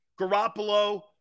Garoppolo